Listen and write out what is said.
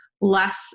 less